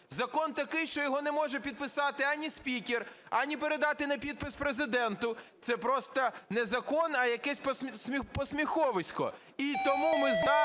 Закон такий, що його не може підписати ані спікер, ані передати на підпис Президенту, це просто не закон, а якесь посміховисько. І тому ми зараз